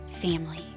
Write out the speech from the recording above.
family